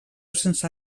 sense